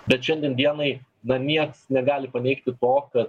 bet šiandien dienai na nieks negali paneigti to kad